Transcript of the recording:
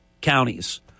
counties